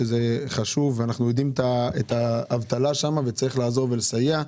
שזה חשוב ואנחנו יודעים מה האבטלה שם ואכן צריך לעזור ולסייע.